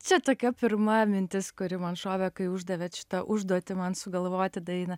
čia tokia pirma mintis kuri man šovė kai uždavėt šitą užduotį man sugalvoti dainą